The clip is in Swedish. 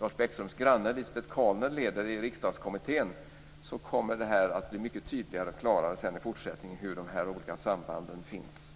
Lars Bäckströms granne Lisbet Calner leder i Riksdagskommittén - kommer det bli mycket tydligare och klarare hur de olika sambanden finns.